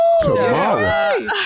Tomorrow